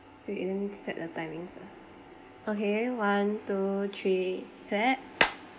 we didn't set the timing okay one two three clap